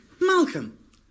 Malcolm